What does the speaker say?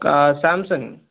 కా శామ్సంగ్